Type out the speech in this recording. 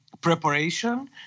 preparation